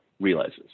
realizes